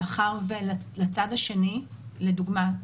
מאחר ולצד השני, לדוגמה: